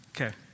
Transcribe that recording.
Okay